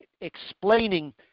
explaining